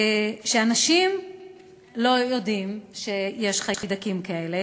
שאנשים לא יודעים שיש חיידקים כאלה,